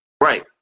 right